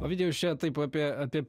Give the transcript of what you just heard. ovidijau jūs čia taip apie apie